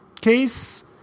case